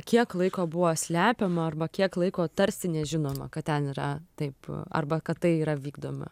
kiek laiko buvo slepiama arba kiek laiko tarsi nežinoma kad ten yra taip arba kad tai yra vykdoma